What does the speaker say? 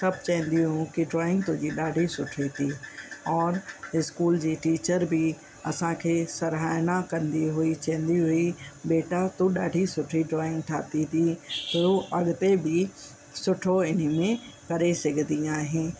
सभु चवंदियूं की ड्रॉइंग तुंहिंजी ॾाढी सुठी थी और स्कूल जी टीचर बि असांखे सराहना कंदी हुई चईंदी हुई की बेटा तू ॾाढी सुठी ड्रॉइंग ठाती थी और अगिते बि सुठो इन में करे सघंदी आहियां